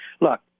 Look